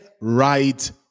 right